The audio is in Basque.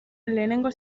lehen